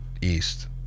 East